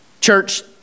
Church